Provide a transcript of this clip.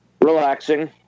relaxing